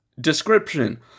Description